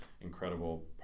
incredible